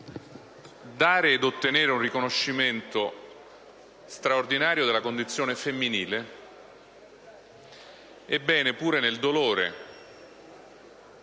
dare ed ottenere un riconoscimento straordinario della condizione femminile, ebbene, pure nel dolore